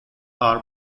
are